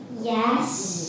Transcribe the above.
Yes